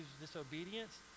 disobedience